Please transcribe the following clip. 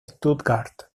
stuttgart